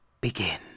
begin